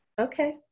Okay